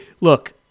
look